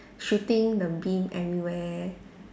shooting the beam everywhere